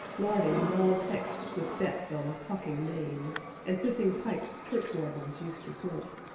larding bald texts with bets on cocking mains, and whiffing pipes churchwardens used to smoke.